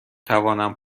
توانم